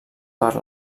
per